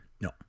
No